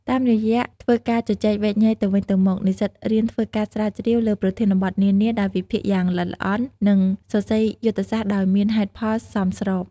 តាមរយៈធ្វើការជជែកវែកញែកទៅវិញទៅមក និស្សិតរៀនធ្វើការស្រាវជ្រាវលើប្រធានបទនានាដោយវិភាគយ៉ាងល្អិតល្អន់ និងសរសេរយុទ្ធសាស្ត្រដោយមានហេតុផលសមស្រប។